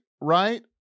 Right